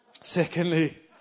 Secondly